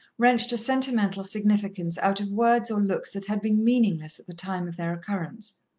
wrenched a sentimental significance out of words or looks that had been meaningless at the time of their occurrence.